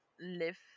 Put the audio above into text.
live